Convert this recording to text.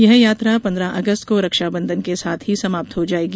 यह यात्रा पन्द्रह अगस्त को रक्षाबंधन के साथ ही समाप्त हो जाएगी